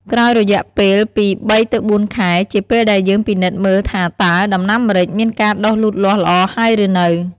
ក្រោយរយៈពេលពី ៣ទៅ៤ខែ ជាពេលដែលយើងពិនិត្យមើលថាតើ ដំណាំម្រេចមានការដុះលូតលាស់ល្អហើយឬនៅ។